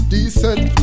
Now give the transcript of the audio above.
Decent